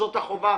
שזאת החובה